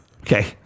Okay